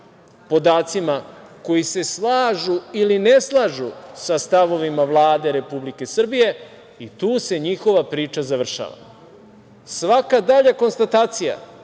podacima koji se slažu ili ne slažu sa stavovima Vlade Republike Srbije i tu se njihova priča završava. Svaka dalja konstatacija